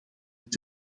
met